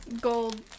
gold